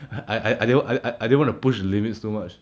I I I never I I don't want to push the limits too much